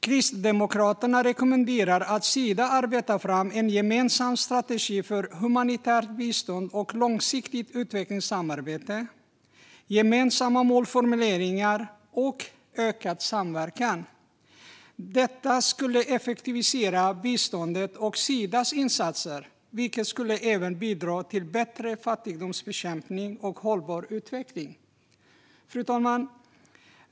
Kristdemokraterna rekommenderar att Sida arbetar fram en gemensam strategi för humanitärt bistånd och långsiktigt utvecklingssamarbete, gemensamma målformuleringar och ökad samverkan. Detta skulle effektivisera biståndet och Sidas insatser, vilket även skulle bidra till bättre fattigdomsbekämpning och hållbar utveckling. Fru talman!